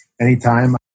anytime